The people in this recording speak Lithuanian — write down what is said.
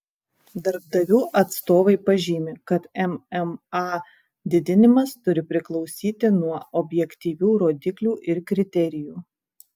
darbdavių atstovai pažymi kad mma didinimas turi priklausyti nuo objektyvių rodiklių ir kriterijų